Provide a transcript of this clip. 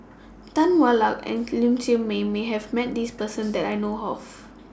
Tan Hwa Luck and Ling Siew May has Met This Person that I know of